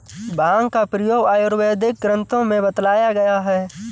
भाँग का प्रयोग आयुर्वेदिक ग्रन्थों में बतलाया गया है